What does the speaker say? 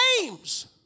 names